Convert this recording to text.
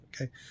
Okay